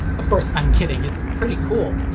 of course i'm kidding, it's pretty cool!